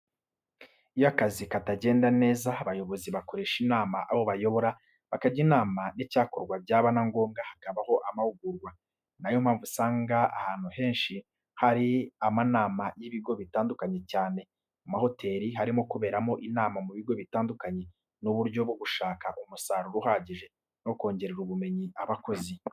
Iyo akazi katagenda neza abayobozi bakoresha inama abo bayobora bakajya inama y'icyakorwa byaba na ngombwa hakabaho amahugurwa. Ni yo mpamvu usanga ahantu henshi hari amanama y'ibigo bitandukanye cyane, mu mahoteri harimo kuberamo inama mu bigo bitandukanye n'uburyo bwo gushaka umusaruro uhagije no kongerera ubumenyi abakozi.